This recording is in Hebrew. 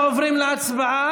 אנחנו עוברים להצבעה.